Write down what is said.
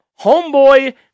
Homeboy